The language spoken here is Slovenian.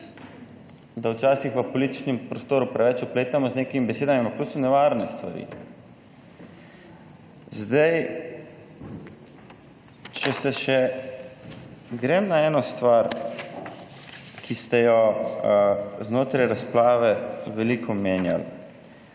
da včasih v političnem prostoru preveč vpletamo z nekimi besedami, ampak to so nevarne stvari. Če grem na eno stvar, ki ste jo znotraj razprave veliko omenjali.